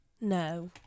No